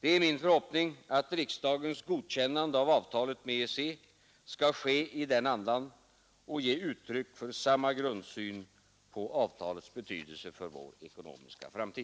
Det är min förhoppning att riksdagens godkännande av avtalet med EEC skall ske i den andan och ge uttryck för samma grundsyn på avtalets betydelse för vår ekonomiska framtid.